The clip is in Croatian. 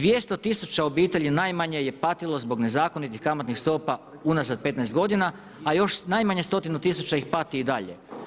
200 000 obitelji najmanje je patilo zbog nezakonitih kamatnih stopa unazad 15 godina a još najmanje stotinu tisuća ih pati i dalje.